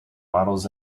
models